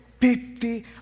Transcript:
fifty